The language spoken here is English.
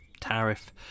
tariff